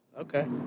Okay